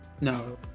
No